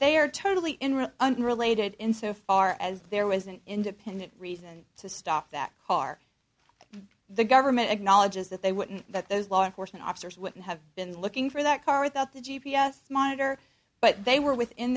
they are totally in rio unrelated in so far as there was an independent reason to stop that car the government acknowledges that they wouldn't that those law enforcement officers would have been looking for that car without the g p s monitor but they were within